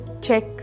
check